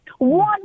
one